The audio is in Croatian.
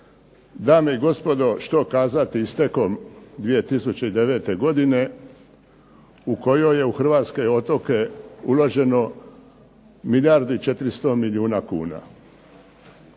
Dame i gospodo, što kazati istekom 2009. godine u kojoj je u hr5vatske otoke uloženo milijardu i 400 milijuna kuna.